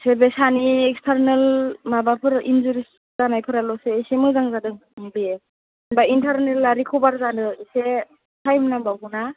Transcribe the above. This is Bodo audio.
बे सानि इक्सतारनेल माबाफोर इन्जुरिस जानायफोराल'सो एसे मोजां जादों इन्टारेनलआ रिकभार जानो एसे टाइम नांबावगौ ना